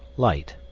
light.